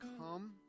come